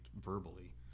verbally